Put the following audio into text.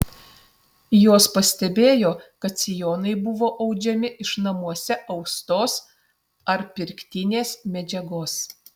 jos pastebėjo kad sijonai buvo audžiami iš namuose austos ar pirktinės medžiagos